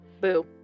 Boo